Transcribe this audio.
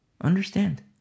Understand